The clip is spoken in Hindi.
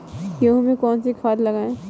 गेहूँ में कौनसी खाद लगाएँ?